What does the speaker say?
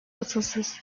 asılsız